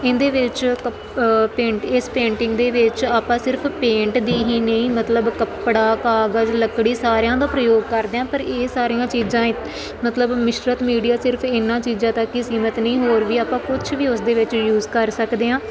ਇਹਦੇ ਵਿੱਚ ਕ ਪੇਂਟ ਇਸ ਪੇਂਟਿੰਗ ਦੇ ਵਿੱਚ ਆਪਾਂ ਸਿਰਫ ਪੇਂਟ ਦੀ ਹੀ ਨਹੀਂ ਮਤਲਬ ਕੱਪੜਾ ਕਾਗਜ਼ ਲੱਕੜੀ ਸਾਰਿਆਂ ਦਾ ਪ੍ਰਯੋਗ ਕਰਦੇ ਹਾਂ ਪਰ ਇਹ ਸਾਰੀਆਂ ਚੀਜ਼ਾਂ ਮਤਲਬ ਮਿਸ਼ਰਤ ਮੀਡੀਆ ਸਿਰਫ ਇਹਨਾਂ ਚੀਜ਼ਾਂ ਦਾ ਕਿ ਸੀਮਤ ਨਹੀਂ ਹੋਰ ਵੀ ਆਪਾਂ ਕੁਛ ਵੀ ਉਸ ਦੇ ਵਿੱਚ ਯੂਜ ਕਰ ਸਕਦੇ ਹਾਂ